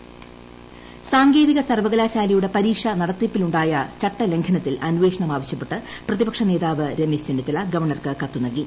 രമേശ് ചെന്നിത്തല സാങ്കേതിക സർവ്വകലാശാലയുടെ പരീക്ഷാ നടത്തിപ്പിലുണ്ടായ ചട്ടലംഘനത്തിൽ അന്വേഷണം ആവശ്യപ്പെട്ട് പ്രതിപക്ഷനേതാവ് രമേശ് ചെന്നിത്തല ഗവർണ്ണർക്ക് കത്ത് നൽകി